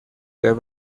there